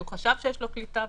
הוא חשב שיש לו קליטה,